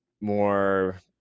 more